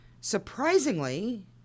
Surprisingly